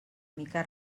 mica